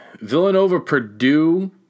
Villanova-Purdue